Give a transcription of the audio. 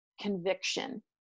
conviction